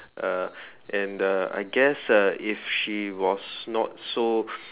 uh and uh I guess uh if she was not so